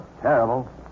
Terrible